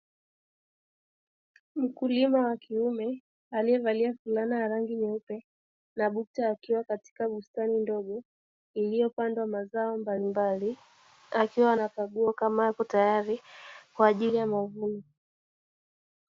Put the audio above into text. Mkulima wa kiume aliyevalia fulana nyeupe na bukta akiwa katika bustani ndogo iiyopandwa mazao mbalimbali akiwa anakagua kama yapo tayari kwa ajili ya mavuno.